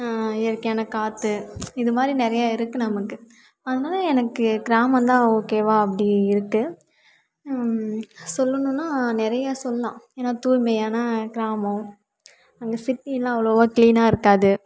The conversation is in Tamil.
இயற்கையான காற்று இது மாதிரி நிறையா இருக்குது நமக்கு அதனால் எனக்கு கிராமந்தான் ஓகேவாக அப்படி இருக்குது சொல்லணும்னா நிறைய சொல்லாம் ஏன்னா தூய்மையான கிராமம் அங்கே சிட்டிலாம் அவ்ளோவா க்ளீனாக இருக்காது